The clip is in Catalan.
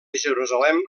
jerusalem